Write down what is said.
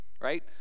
right